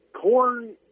corn